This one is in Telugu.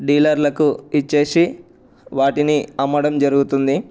డీలర్లకు ఇచ్చి వాటిని అమ్మడం జరుగుతుంది